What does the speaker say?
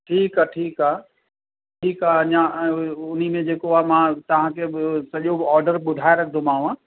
ठीकु आहे ठीकु आहे ठीकु आहे अञा हुन में जेको आहे मां तव्हांखे ब सॼो ऑडर ॿुधाए रखंदोमांव